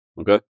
Okay